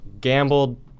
gambled